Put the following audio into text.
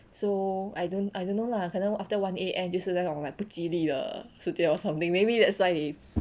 so I don't I don't know lah 可能 after one A_M 就是那种 like 不吉利的世界 or something maybe that's why they